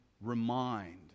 remind